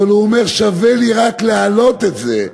אבל הוא אומר: שווה לי רק להעלות את זה,